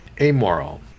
amoral